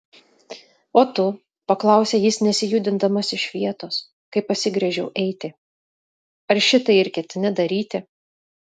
o tu paklausė jis nesijudindamas iš vietos kai pasigręžiau eiti ar šitai ir ketini daryti